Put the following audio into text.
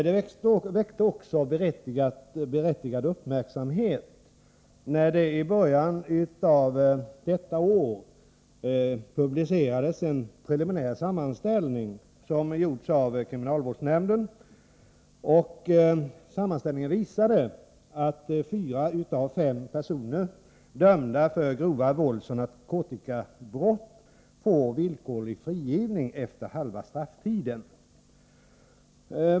Det väckte också berättigad uppmärksamhet, när det i början av året publicerades en preliminär sammanställning, som hade gjorts av kriminalvårdsnämnden. Sammanställningen visade att fyra av fem personer som dömts för grova våldsoch narkotikabrott får villkorlig frigivning efter halva strafftiden.